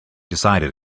decided